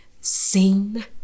seen